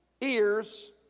Ears